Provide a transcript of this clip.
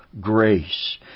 grace